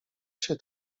się